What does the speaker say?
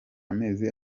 amezi